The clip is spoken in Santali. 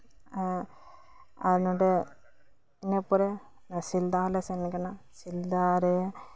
ᱮᱜ ᱟᱨ ᱤᱱᱟᱹ ᱯᱚᱨᱮ ᱥᱤᱞᱫᱟ ᱦᱚᱞᱮ ᱥᱮᱱ ᱠᱟᱱᱟ ᱥᱤᱞᱫᱟᱨᱮ